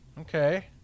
Okay